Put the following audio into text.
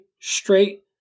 straight